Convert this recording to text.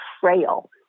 frail